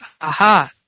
Aha